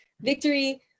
Victory